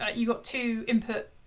ah you've got to input